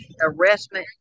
Arrestment